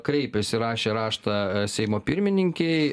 kreipėsi rašė raštą seimo pirmininkei